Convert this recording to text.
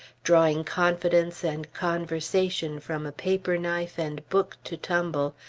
drawing confidence and conversation from a paper-knife and book to tumble,